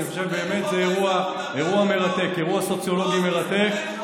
אני חושב שזה באמת אירוע -- בזכותנו חוק האזרחות הרבה יותר טוב.